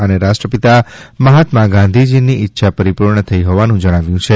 અને રાષ્ટ્રપિતા માહાત્મા ગાંધીજીની ઈચ્છા પરિપૂર્ણ થઈ હોવાનું જણાવ્યું છે